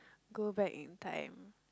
go back in time